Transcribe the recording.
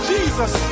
Jesus